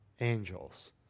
angels